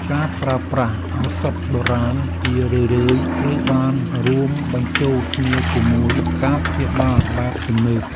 ការប្រើប្រាស់ឱសថបុរាណជារឿយៗត្រូវបានរួមបញ្ចូលគ្នាជាមួយការព្យាបាលបែបទំនើប។